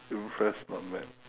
impressed not mad